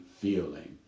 feeling